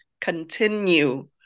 continue